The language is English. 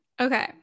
okay